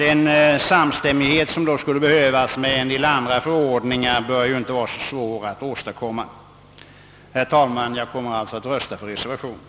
Den samstämmighet med en del andra förordningar, som då skulle behövas, bör ju inte vara särskilt svår att åstadkomma. Herr talman! Jag kommer alltså att rösta för reservationen.